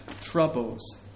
troubles